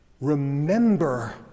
remember